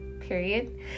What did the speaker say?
period